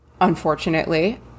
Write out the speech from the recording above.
unfortunately